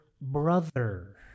brother